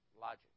logic